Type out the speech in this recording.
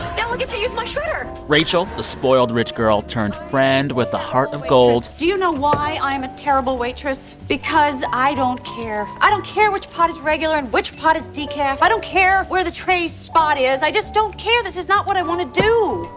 now i'll get to use my shredder. rachel, the spoiled-rich-girl-turned-friend with the heart of gold. do you know why i'm a terrible waitress? because i don't care. i don't care which pot is regular and which pot is decaf. i don't care where the tray spot is. i just don't care. this is not what i want to do.